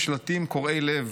עם שלטים קורעי לב.